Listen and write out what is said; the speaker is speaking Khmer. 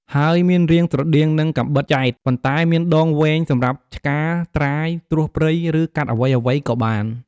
ហើយមានរាងស្រដៀងនឹងកាំបិតចែត ប៉ុន្តែមានដងវែងសម្រាប់ឆ្ការ ត្រាយ ត្រួសព្រៃ ឬកាត់អ្វីៗក៏បាន ។